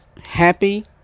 Happy